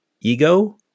ego